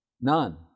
None